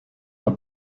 are